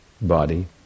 body